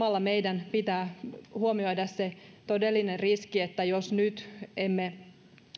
saa samalla meidän pitää huomioida se todellinen riski että jos nyt emme